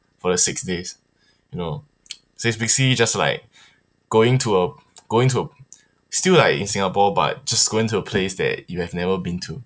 for the six days you know so it's basically just like going to a going to a still like in singapore but just going to a place that you have never been to